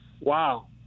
wow